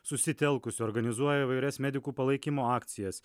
susitelkusi organizuoja įvairias medikų palaikymo akcijas